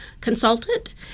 consultant